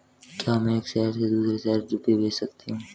क्या मैं एक शहर से दूसरे शहर रुपये भेज सकती हूँ?